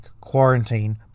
quarantine